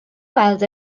weld